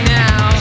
now